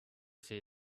see